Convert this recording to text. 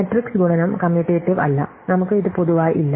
matrix ഗുണനം commutative അല്ല നമുക്ക് ഇത് പൊതുവായി ഇല്ല